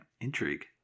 Intrigue